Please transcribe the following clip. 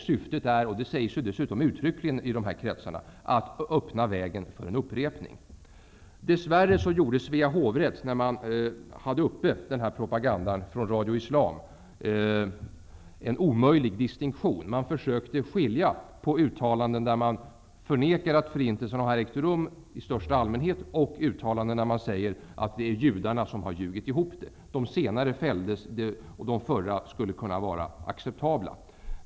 Syftet är, och det sägs uttryckligen i de här kretsarna, att öppna vägen för en upprepning. Dess värre gjorde Svea hovrätt när frågan om den här propagandan från Radio Islam var uppe en omöjlig distinktion. Man försökte att skilja mellan uttalanden där förintelsen förnekas i största allmänhet och uttalanden om att det är judarna som har ljugit ihop det hela. De senare uttalandena fälldes, och de förra skulle kunna vara acceptabla.